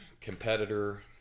competitor